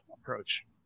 approach